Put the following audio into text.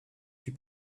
fut